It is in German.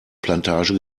plantage